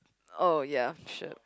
oh ya sure